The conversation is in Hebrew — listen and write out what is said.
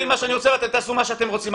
מה שאני רוצה ואתם תעשו מה שאתם רוצים,